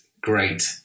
great